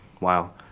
Wow